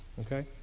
Okay